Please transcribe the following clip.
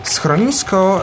Schronisko